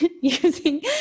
using